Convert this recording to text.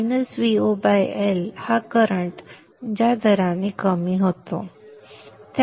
VoL हा current ज्या दराने कमी होतो